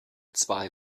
zwei